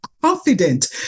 confident